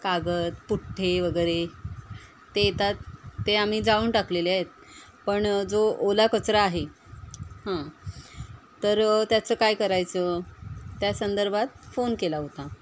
कागद पुठ्ठे वगैरे ते येतात ते आम्ही जाऊन टाकलेले आहेत पण जो ओला कचरा आहे हं तर त्याचं काय करायचं त्या संदर्भात फोन केला होता